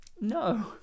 No